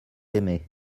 aimé